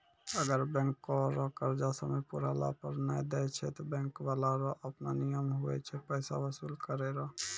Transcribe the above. अगर बैंको रो कर्जा समय पुराला पर नै देय छै ते बैंक बाला रो आपनो नियम हुवै छै पैसा बसूल करै रो